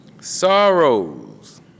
Sorrows